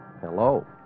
Hello